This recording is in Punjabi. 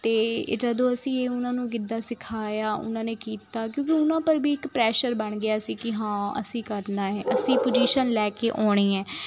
ਅਤੇ ਜਦੋਂ ਅਸੀਂ ਉਹਨਾਂ ਨੂੰ ਗਿੱਧਾ ਸਿਖਾਇਆ ਉਹਨਾਂ ਨੇ ਕੀਤਾ ਕਿਉਂਕਿ ਉਹਨਾਂ ਪਰ ਵੀ ਇੱਕ ਪ੍ਰੈਸ਼ਰ ਬਣ ਗਿਆ ਸੀ ਕਿ ਹਾਂ ਅਸੀਂ ਕਰਨਾ ਹੈ ਅਸੀਂ ਪੋਜਿਸਨ ਲੈ ਕੇ ਆਉਣੀ ਹੈ